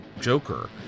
Joker